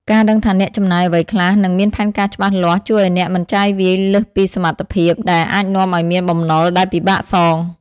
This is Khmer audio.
ការដឹងថាអ្នកចំណាយអ្វីខ្លះ និងមានផែនការច្បាស់លាស់ ជួយឱ្យអ្នកមិនចាយវាយលើសពីសមត្ថភាព ដែលអាចនាំឱ្យមានបំណុលដែលពិបាកសង។